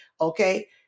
okay